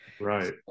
Right